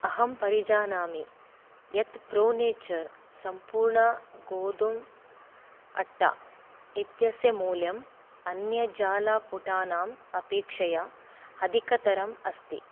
अहं परिजानामि यत् प्रो नेचर् समूर्णगोधूमं अट्टा इत्यस्य मूल्यम् अन्यजालपुटानाम् अपेक्षया अधिकतरम् अस्ति